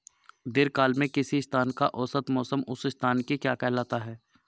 दीर्घकाल में किसी स्थान का औसत मौसम उस स्थान की क्या कहलाता है?